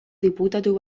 diputatu